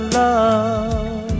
love